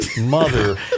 mother